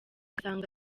agasanga